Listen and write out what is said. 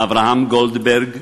אברהם גולדברג,